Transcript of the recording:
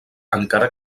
encara